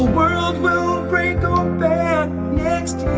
world will break open next